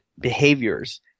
behaviors